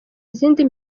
izindi